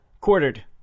quartered